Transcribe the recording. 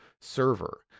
server